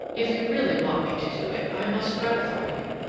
if you really want me to do it, i must gratify you.